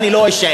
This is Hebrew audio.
אני לא אשאר.